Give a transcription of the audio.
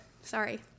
sorry